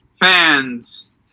fans